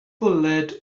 bwled